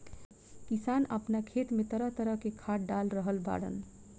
किसान आपना खेत में तरह तरह के खाद डाल रहल बाड़न